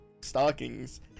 stockings